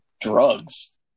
Drugs